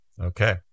Okay